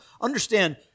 Understand